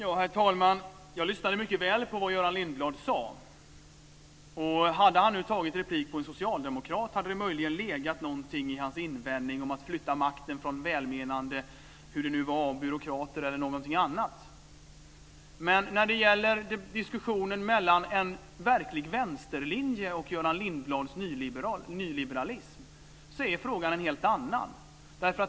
Herr talman! Jag lyssnade mycket väl på vad Göran Lindblad sade. Hade han tagit replik på en socialdemokrat hade det möjligen legat någonting i hans invändning om att flytta makten från välmenande byråkrater eller någonting annat, men när det gäller en diskussion mellan en verklig vänsterlinje och Göran Lindblads nyliberalism är frågan en helt annan.